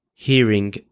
hearing